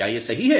क्या ये सही है